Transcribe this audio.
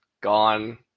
gone